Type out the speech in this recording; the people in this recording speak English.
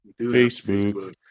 Facebook